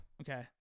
Okay